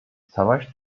savaş